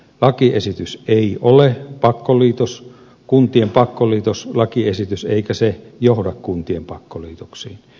lakiesitys ei ole kuntien pakkoliitoslakiesitys eikä se johda kuntien pakkoliitoksiin